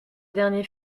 dernier